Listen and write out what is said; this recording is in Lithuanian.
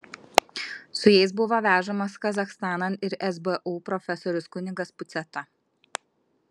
su jais buvo vežamas kazachstanan ir sbu profesorius kunigas puciata